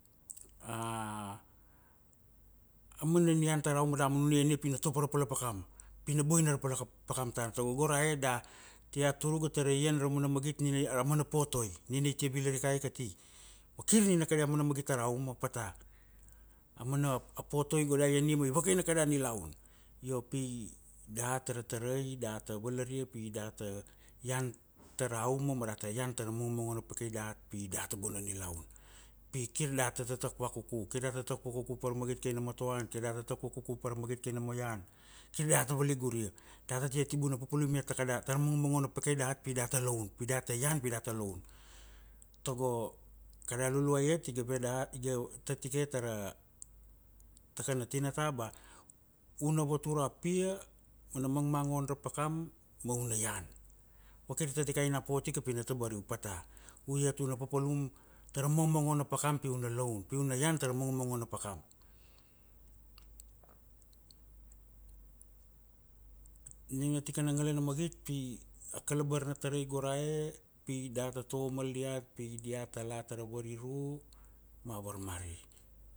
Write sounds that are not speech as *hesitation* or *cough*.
*hesitation* amana nian tara ongor dat mana ian ai topo ra pala pakam, pi na boina ra pala pakam tana, tago rae da tia tur iga tara ian ra aumana magit nina a mana potoi, nina ita bilarakai ika ati, ma kir nina kada mana magit tara auma pata, amana a potoi go da iania ma i vakaina kada nilaun, io pi dat ra tarai data valaria pi data ian *noise* tara aumo ma data ian tara ngunguan paka diat pi dat ta boina nilaun, pi kir dat tatak vakuku kir dat tak vukuku par magit kei nama to an kir dat vakuku kei nama ya an, kir diat ta valigur ia, data ta kibuna pupulim het ta kada tar manga manga peke dat pi data loun, pi dat ta ian pi dat tar loun, togo kada luluai iat iga ve dat iga tatike tara ta kana tinata, ba una votur apia una mangmangon ra pakam ma una ian, ma kir ta tikai na pot ika pina tabar u pata, u iat na papalum tara mangmangon na pakam pi una loun pi una ian tara mangmangon na pakam, *hesitation* nina tika na ngala na magit pi akalabar na tarai go rae pi data tovo mal diat pi diat ta la tara variru ma varmari,